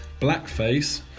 blackface